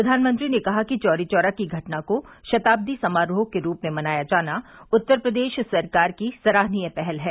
प्रधानमंत्री ने कहा कि चौरी चौरा की घटना को शताब्दी समारोह के रूप में मनाया जाना उत्तर प्रदेश सरकार की सराहनीय पहल है